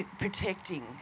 protecting